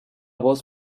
voz